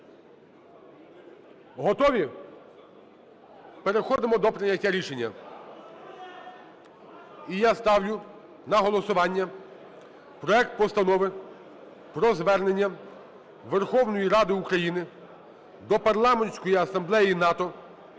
Готові? Переходимо до прийняття рішення. І я ставлю на голосування проект Постанови про Звернення Верховної Ради України до Парламентської Асамблеї НАТО,